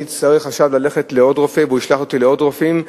אני אצטרך ללכת לעוד רופא והוא ישלח אותי לעוד רופאים,